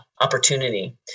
opportunity